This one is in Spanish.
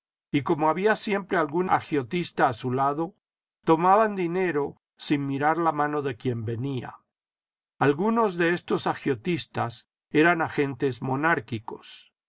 y como había siempre algún agiotista a su lado tomaban dinero sin mirar la mano de quien venía algunos de estos agiotistas eran agentes monárquicos